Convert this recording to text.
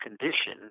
condition